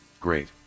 great